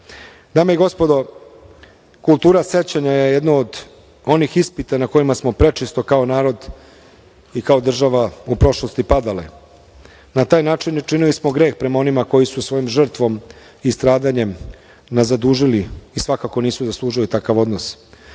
i gospodo, kultura sećanja je jedan od onih ispita na kojima smo prečesto kao narod i kao država u prošlosti padali. Na taj način smo činili greh prema onima koji su svojom žrtvom i stradanjem nas zadužili i svakako nisu zaslužili takav odnos.